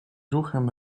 ruchem